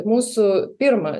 mūsų pirma